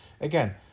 Again